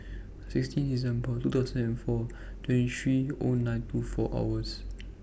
sixteen December two thousand and four twenty three O nine two four hours